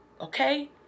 Okay